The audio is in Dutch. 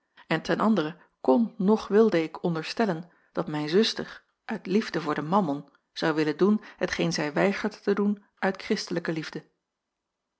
en ten andere kon noch wilde ik onderstellen dat mijn zuster uit liefde voor den mammon zou willen doen hetgeen zij weigerde te doen uit kristelijke liefde